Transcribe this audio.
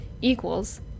equals